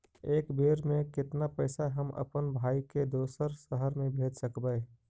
एक बेर मे कतना पैसा हम अपन भाइ के दोसर शहर मे भेज सकबै?